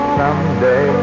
someday